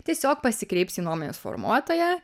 tiesiog pasikreipsi į nuomonės formuotoją